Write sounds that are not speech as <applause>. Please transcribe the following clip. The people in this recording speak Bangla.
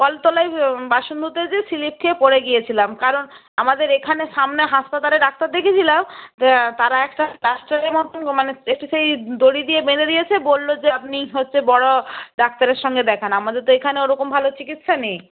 কলতলায় <unintelligible> বাসন ধুতে গিয়ে স্লিপ খেয়ে পড়ে গিয়েছিলাম কারণ আমাদের এখানে সামনে হাসপাতালে ডাক্তার দেখিয়েছিলাম তাঁরা একটা প্লাস্টারের মতো মানে একটা সেই দড়ি দিয়ে বেঁধে দিয়েছে বলল যে আপনি হচ্ছে বড় ডাক্তারের সঙ্গে দেখান আমাদের তো এখানে ওরকম ভালো চিকিৎসা নেই